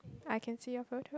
I can see your photo